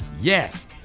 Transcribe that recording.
Yes